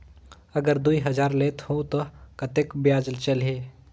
अगर दुई हजार लेत हो ता कतेक ब्याज चलही?